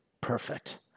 perfect